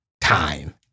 time